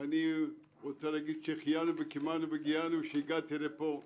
אני רוצה להגיד שהחיינו וקיימנו והגיענו שהגעתי לפה.